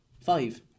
Five